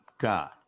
God